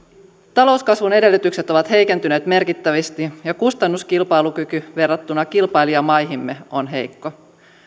talouskasvun edellytykset ovat heikentyneet merkittävästi ja kustannuskilpailukyky verrattuna kilpailijamaihimme on heikko